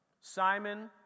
Simon